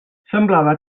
semblava